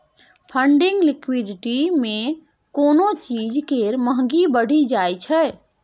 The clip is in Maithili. फंडिंग लिक्विडिटी मे कोनो चीज केर महंगी बढ़ि जाइ छै